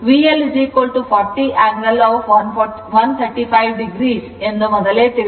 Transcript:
VL 40 angle 135 o ಎಂದು ಮೊದಲೇ ತಿಳಿದಿದೆ